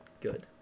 Good